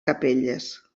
capelles